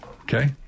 Okay